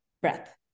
breath